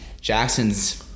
Jackson's